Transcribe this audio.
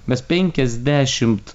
mes penkiasdešimt